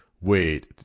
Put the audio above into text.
wait